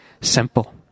simple